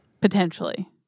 Potentially